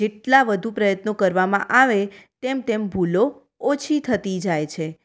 જેટલા વધુ પ્રયત્નો કરવામાં આવે તેમ તેમ ભૂલો ઓછી થતી જાય છે